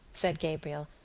said gabriel,